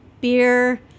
beer